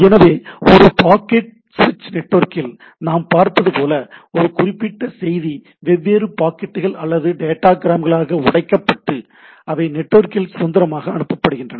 எனவே ஒரு பாக்கெட் சுவிட்ச் நெட்வொர்க்கில் நாம் பார்த்தது போல ஒரு குறிப்பிட்ட செய்தி வெவ்வேறு பாக்கெட்டுகள் அல்லது டேட்டாக்கிராம்களாக உடைக்கப்பட்டு அவை நெட்வொர்க்கில் சுதந்திரமாக அனுப்பப்படுகின்றன